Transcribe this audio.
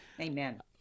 Amen